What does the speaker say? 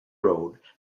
road